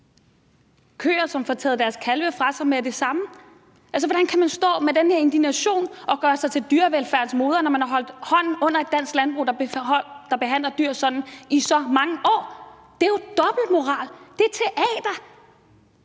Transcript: køer, som får taget deres kalve fra sig med det samme. Hvordan kan man stå med den her indignation og gøre sig til dyrevelfærdens moder, når man har holdt hånden over et dansk landbrug, der behandler dyr sådan, i så mange år? Det er jo dobbeltmoral, det er teater!